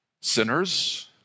Sinners